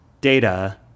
data